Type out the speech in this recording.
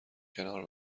کنار